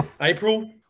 April